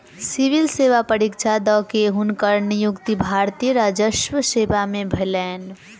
civil सेवा परीक्षा द के, हुनकर नियुक्ति भारतीय राजस्व सेवा में भेलैन